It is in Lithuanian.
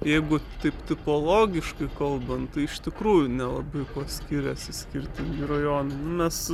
jeigu taip tipologiškai kalbant tai iš tikrųjų nelabai kuo skiriasi skirtingi rajonai nu mes